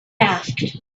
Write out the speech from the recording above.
asked